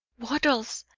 wattles,